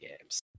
games